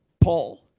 Paul